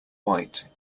white